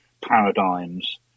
paradigms